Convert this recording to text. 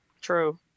True